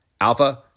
Alpha